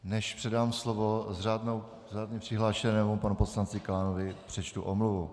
Než předám slovo řádně přihlášenému panu poslanci Klánovi, přečtu omluvu.